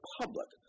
public